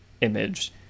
Image